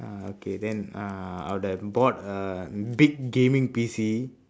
uh okay then uh I would have bought a big gaming P_C